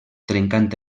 trencant